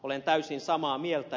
olen täysin samaa mieltä